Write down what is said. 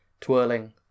twirling